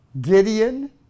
Gideon